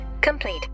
complete